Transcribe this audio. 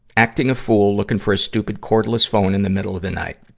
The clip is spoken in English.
acting a fool looking for a stupid cordless phone in the middle of the night.